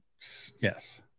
Yes